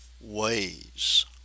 ways